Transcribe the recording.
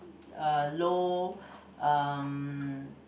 uh low um